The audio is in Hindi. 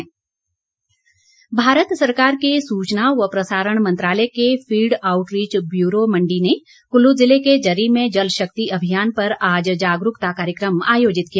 जल शक्ति भारत सरकार के सूचना व प्रसारण मंत्रालय के फील्ड आउटरीच ब्यूरो मण्डी ने कुल्लू जिले के ज़री में जलशक्ति अभियान पर आज जागरूकता कार्यक्रम आयोजित किया